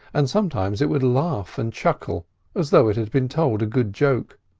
and sometimes it would laugh and chuckle as though it had been told a good joke.